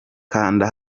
kanda